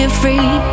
free